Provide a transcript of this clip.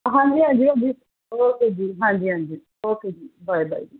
ਹਾਂਜੀ ਹਾਂਜੀ ਹਾਂਜੀ ਓਕੇ ਜੀ ਹਾਂਜੀ ਹਾਂਜੀ ਓਕੇ ਜੀ ਬਾਏ ਬਾਏ ਜੀ